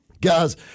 Guys